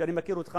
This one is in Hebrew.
שאני מכיר אותך,